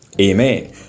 Amen